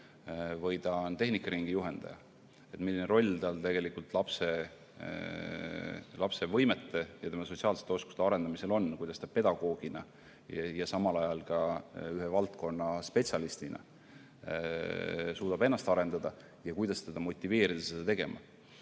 või tehnikaringi juhendaja, milline roll tal tegelikult lapse võimete ja tema sotsiaalsete oskuste arendamisel on, kuidas ta pedagoogina ja samal ajal ka ühe valdkonna spetsialistina suudab ennast arendada ning kuidas teda motiveerida seda tegema